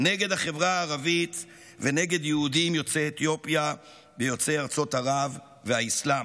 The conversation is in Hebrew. נגד החברה הערבית ונגד יהודים יוצאי אתיופיה ויוצאי ארצות ערב והאסלאם.